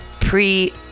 pre